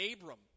Abram